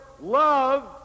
love